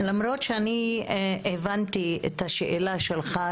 למרות שאני הבנתי את השאלה שלך,